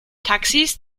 taxis